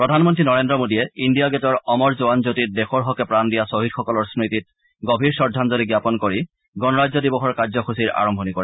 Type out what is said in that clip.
প্ৰধানমন্ত্ৰী নৰেন্দ্ৰ মোদীয়ে ইণ্ডিয়া গেটৰ অমৰ জোৱানজ্যোতিত দেশৰ হকে প্ৰাণ দিয়া শ্বহিদসকলৰ স্মৃতিত গভীৰ শ্ৰদ্ধাঞ্জলি জ্ঞাপন কৰি গণৰাজ্য দিৱসৰ কাৰ্যসূচীৰ আৰম্ভণি কৰে